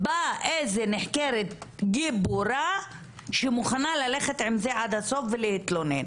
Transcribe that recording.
באה איזה נחקרת גיבורה שמוכנה ללכת עם זה עד הסוף ולהתלונן,